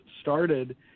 started